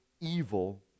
evil